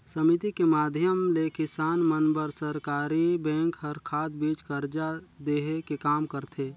समिति के माधियम ले किसान मन बर सरकरी बेंक हर खाद, बीज, करजा देहे के काम करथे